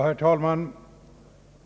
Herr talman!